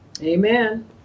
amen